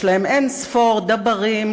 יש להם אין-ספור דַבָּרים,